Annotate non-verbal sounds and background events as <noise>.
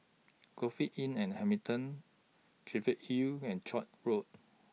<unintelligible> Inn and Hamilton Cheviot Hill and Koek Road